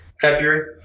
February